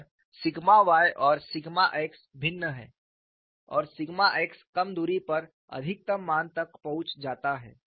और sigma y और sigma x भिन्न हैं और सिग्मा x कम दूरी पर अधिकतम मान तक पहुंच जाता है